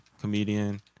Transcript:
comedian